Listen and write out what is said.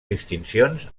distincions